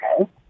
okay